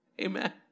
Amen